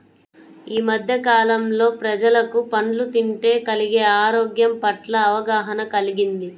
యీ మద్దె కాలంలో ప్రజలకు పండ్లు తింటే కలిగే ఆరోగ్యం పట్ల అవగాహన కల్గింది